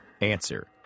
Answer